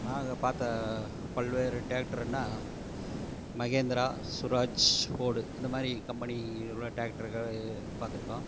நாங்கள் பார்த்த பல்வேறு டிராக்டர்னால் மஹேந்திரா சுராஜ் ஹோடு இந்தமாதிரி கம்பெனி உள்ள டிராக்டர்கள் பார்த்துருக்கோம்